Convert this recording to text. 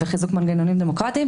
בחיזוק מנגנונים דמוקרטיים.